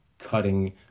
cutting